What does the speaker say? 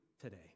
today